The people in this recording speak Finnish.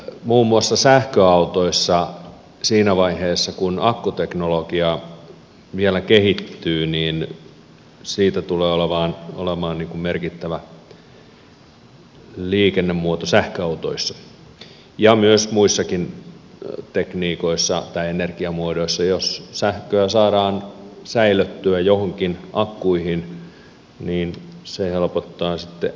muun muassa sähköautot siinä vaiheessa kun akkuteknologia vielä kehittyy tulevat olemaan merkittävä liikennemuoto ja myös jos muissakin tekniikoissa tai energiamuodoissa saadaan sähköä säilöttyä joihinkin akkuihin niin se helpottaa sitten aina kokonaisuudessa